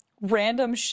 random